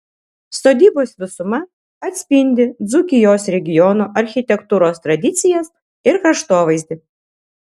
sodybos visuma atspindi dzūkijos regiono architektūros tradicijas ir kraštovaizdį